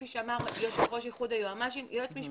כפי שאמר יושב ראש איחוד היועצים המשפטיים,